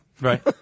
Right